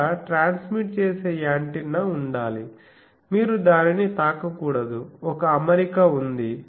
అక్కడ ట్రాన్స్మీట్ చేసే యాంటెన్నా ఉండాలిమీరు దానిని తాకకూడదు ఒక అమరిక ఉంది